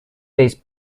these